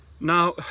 Now